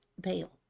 Bale